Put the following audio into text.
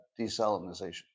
desalinization